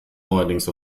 neuerdings